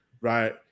right